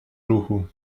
ruchu